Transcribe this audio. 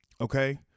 Okay